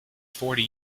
forty